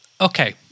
Okay